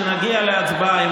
כשנגיע להצבעה,